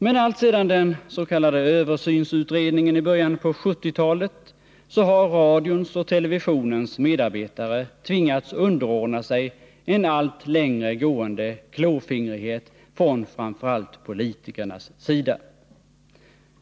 Men allt sedan den s.k. översynsutredningen i början på 1970-talet har radions och televisionens medarbetare tvingats underordna sig en allt längre gående klåfingrighet från framför allt politikernas sida.